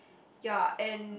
ya and